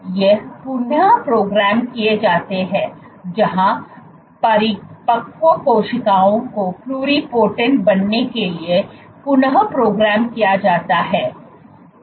ये पुन प्रोग्राम किए जाते हैं जहां परिपक्व कोशिकाओं को प्लुरिपोटेंट बनने के लिए पुन प्रोग्राम किया जाता है